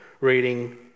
reading